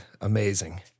amazing